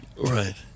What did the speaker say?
Right